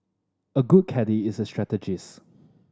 a good caddie is a strategist